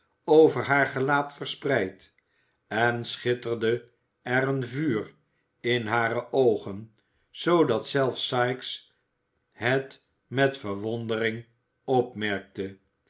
over haar gelaat verspreid en schitterde er een vuur in hare oogen zoodat zelfs sikes het met verwondering opmerkte